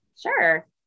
Sure